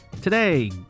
Today